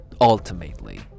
ultimately